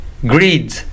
greed